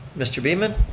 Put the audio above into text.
mr. beaman?